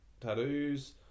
tattoos